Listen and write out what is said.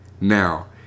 now